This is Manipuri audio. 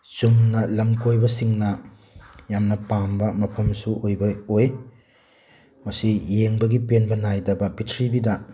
ꯆꯨꯝꯅ ꯂꯝ ꯀꯣꯏꯕꯁꯤꯡꯅ ꯌꯥꯝꯅ ꯄꯥꯝꯕ ꯃꯐꯝꯁꯨ ꯑꯣꯏ ꯃꯁꯤ ꯌꯦꯡꯕꯒꯤ ꯄꯦꯟꯕ ꯅꯥꯏꯗꯕ ꯄ꯭ꯔꯤꯊꯤꯕꯤꯗ